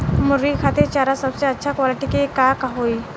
मुर्गी खातिर चारा सबसे अच्छा क्वालिटी के का होई?